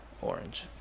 orange